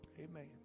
Amen